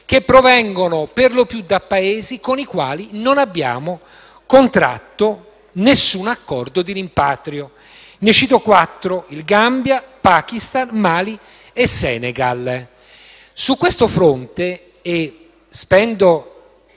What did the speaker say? che provengono perlopiù da Paesi con i quali non abbiamo contratto alcun accordo di rimpatrio. Ne cito quattro: il Gambia, il Pakistan, il Mali e il Senegal. Su questo fronte - e spendo